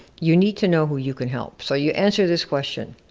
you need to know who you can help. so you answer this question.